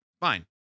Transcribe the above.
fine